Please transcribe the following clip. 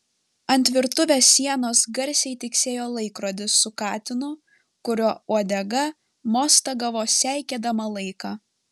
ant virtuvės sienos garsiai tiksėjo laikrodis su katinu kurio uodega mostagavo seikėdama laiką